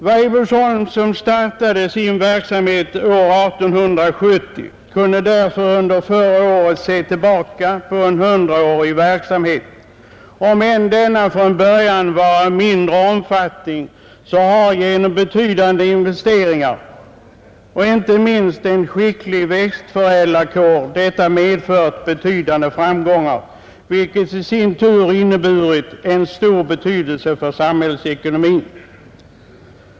Weibullsholm, som startade sin verksamhet år 1870, kunde alltså under förra året se tillbaka på en hundraårig verksamhet. Om än denna från början var av mindre omfattning så har den genom betydande investeringar, och inte minst en skicklig växtförädlarkår, haft betydande framgångar, vilket i sin tur haft en stor betydelse för samhällsekonomin.